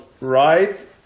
right